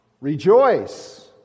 Rejoice